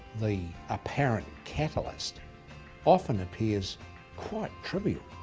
the apparent catalyst often appears quite trivial,